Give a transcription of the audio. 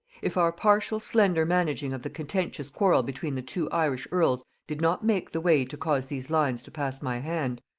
if our partial slender managing of the contentious quarrel between the two irish earls did not make the way to cause these lines to pass my hand,